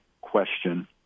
question